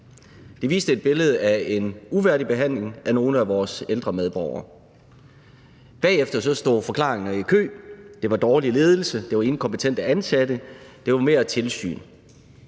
Det viste et billede af en uværdig behandling af nogle af vores ældre medborgere. Bagefter stod forklaringer i kø: Det var dårlig ledelse. Det var inkompetent ansatte. Det var mere tilsyn.